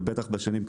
ובטח בשנים קדימה,